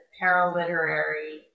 paraliterary